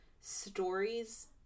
stories